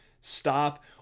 stop